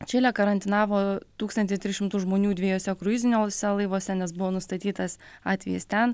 čilė karantinavo tūkstantį tris šimtus žmonių dviejuose kruiziniuose laivuose nes buvo nustatytas atvejis ten